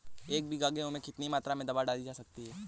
एक बीघा गेहूँ में कितनी मात्रा में दवा डाली जा सकती है?